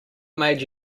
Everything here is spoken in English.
made